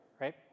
right